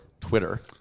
Twitter